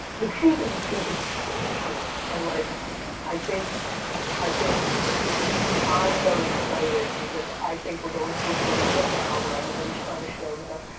the truth is the truth is the truth is the truth. and like i think i think i'm very excited because i think we're going through a phase right now where everybody's trying to show the best,